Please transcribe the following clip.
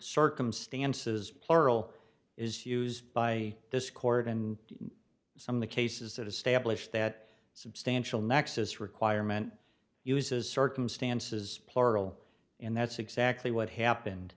circumstances plural is used by this court in some of the cases that establish that substantial nexus requirement uses circumstances plural and that's exactly what happened